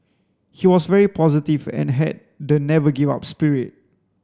he was very positive and had the never give up spirit